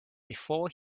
before